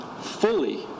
fully